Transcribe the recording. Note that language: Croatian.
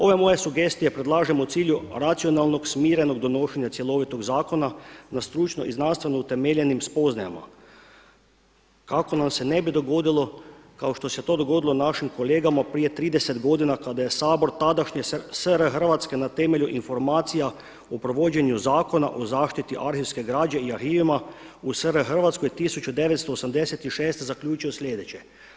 Ove moje sugestije predlažem u cilju racionalnog, smirenog donošenja cjelovitog zakona na stručno i znanstveno utemeljenim spoznajama kako nam se ne bi dogodilo kao što se to dogodilo našim kolegama prije 30 godina kada je Sabor tadašnje SR Hrvatske na temelju informacija o provođenju zakona o zaštiti arhivske građe i arhivima u SR Hrvatskoj 1986. zaključio sljedeće.